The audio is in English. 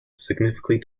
significantly